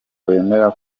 wemera